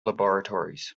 laboratories